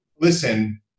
listen